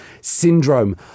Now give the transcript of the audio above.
syndrome